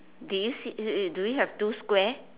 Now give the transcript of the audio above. did you see d~ do you have two square